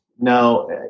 No